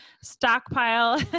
stockpile